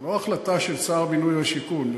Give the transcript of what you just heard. זו לא החלטה של שר הבינוי והשיכון.